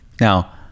Now